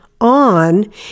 on